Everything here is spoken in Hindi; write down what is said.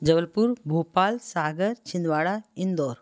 जबलपुर भोपाल सागर छिंदवाडा इंदौर